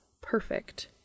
Perfect